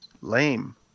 Lame